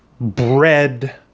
bread